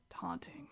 taunting